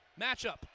Matchup